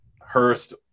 Hurst